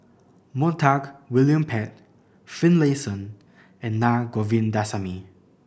Montague William Pett Finlayson and Na Govindasamy